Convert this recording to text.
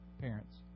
parents